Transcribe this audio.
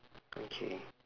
okay